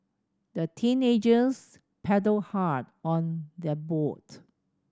the teenagers paddled hard on their boat